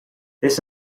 this